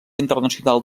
internacional